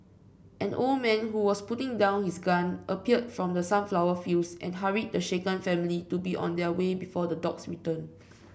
an old man who was putting down his gun appeared from the sunflower fields and hurried the shaken family to be on their way before the dogs return